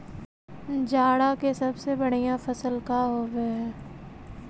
जादा के सबसे बढ़िया फसल का होवे हई?